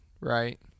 right